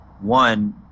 one